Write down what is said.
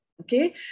okay